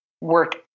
work